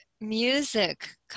music